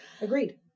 Agreed